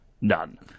none